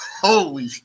Holy